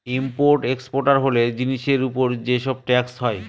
import exporter হলে জিনিসের উপর যে সব ট্যাক্স হয়